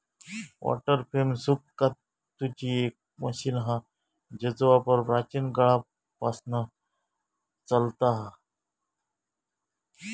water frame सूत कातूची एक मशीन हा जेचो वापर प्राचीन काळापासना चालता हा